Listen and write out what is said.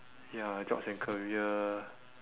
ya jobs and career